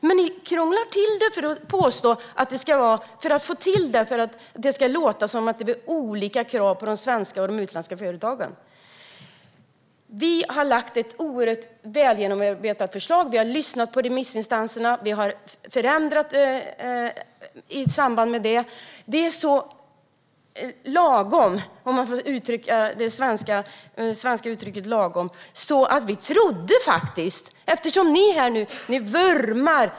Men ni krånglar till det för att ni ska kunna påstå och få det att låta som att det blir olika krav på de svenska och de utländska företagen. Vi har lagt fram ett oerhört väl genomarbetat förslag. Vi har lyssnat på remissinstanserna, och vi har gjort förändringar i samband med det. Förslaget är så lagom - om man får använda det svenska uttrycket "lagom" - att vi trodde att ni skulle ställa upp på det.